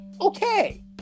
Okay